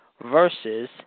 versus